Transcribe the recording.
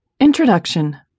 Introduction